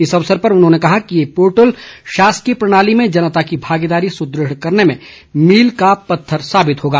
इस अवसर पर उन्होंने कहा कि ये पोर्टल शासकीय प्रणाली में जनता की भागीदारी सुदृढ़ करने में मील का पत्थर साबित होगा